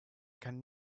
can